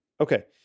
Okay